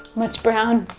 much brown,